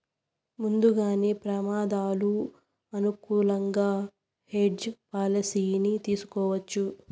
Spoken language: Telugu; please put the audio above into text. ముందుగానే ప్రమాదాలు అనుకూలంగా హెడ్జ్ పాలసీని తీసుకోవచ్చు